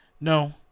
No